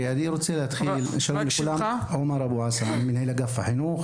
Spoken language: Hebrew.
עומר אבו עסא, מנהל אגף החינוך